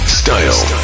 style